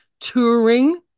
touring